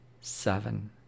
seven